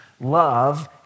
love